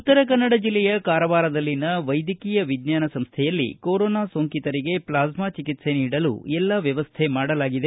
ಉತ್ತರ ಕನ್ನಡ ಜಿಲ್ಲೆಯ ಕಾರವಾರದಲ್ಲಿನ ವೈದ್ಯಕೀಯ ವಿಜ್ವಾನ ಸಂಸ್ಥೆಯಲ್ಲಿ ಕೊರೊನಾ ಸೋಂಕಿತರಿಗೆ ಪ್ಲಾಸ್ಮಾ ಚಿಕಿತ್ಸೆ ನೀಡಲು ಎಲ್ಲಾ ವ್ಯವಸ್ಥೆ ಮಾಡಲಾಗಿದೆ